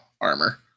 armor